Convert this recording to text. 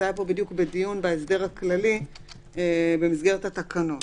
זה היה פה בדיוק בדיון בהסדר הכללי במסגרת התקנות.